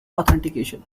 authentication